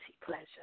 pleasure